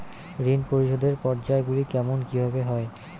ঋণ পরিশোধের পর্যায়গুলি কেমন কিভাবে হয়?